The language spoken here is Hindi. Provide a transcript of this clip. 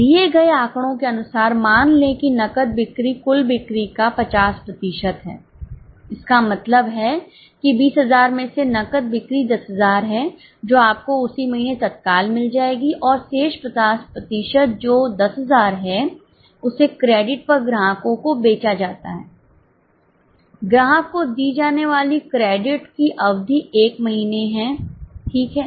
दिए गए आंकड़ों के अनुसार मान लें कि नकद बिक्री कुल बिक्री का 50 प्रतिशत है इसका मतलब है कि 20000 में से नकद बिक्री 10000 है जो आपको उसी महीने तत्काल मिल जाएगी और शेष 50 प्रतिशत जो 10000 है उसे क्रेडिट पर ग्राहकों को बेचा जाता है ग्राहक को दी जाने वाली क्रेडिट की अवधि 1 महीने है ठीक है